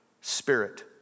spirit